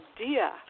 idea